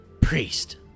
Priest